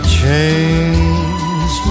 change